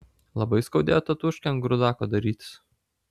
labai skaudėjo tatūškę ant grūdako darytis